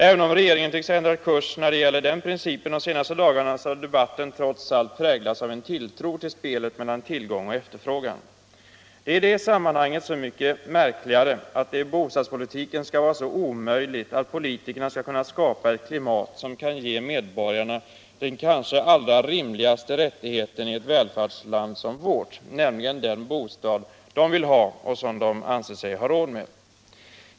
Även om regeringen tycks ha ändrat kurs när det gäller den principen de senaste dagarna, har debatten trots allt präglats av en tilltro till spelet mellan tillgång och efterfrågan. Det är i detta sammanhang så mycket märkligare, att det i bostadspolitiken skall vara så omöjligt för politikerna att skapa ett klimat, som kan ge medborgarna den kanske allra rimligaste rättigheten i ett välfärdsland som vårt, nämligen den bostad som de vill ha och har råd med.